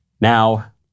Now